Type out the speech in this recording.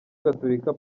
gatolika